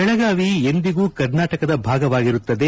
ಬೆಳಗಾವಿ ಎಂದಿಗೂ ಕರ್ನಾಟಕದ ಭಾಗವಾಗಿರುತ್ತದೆ